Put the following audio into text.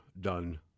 done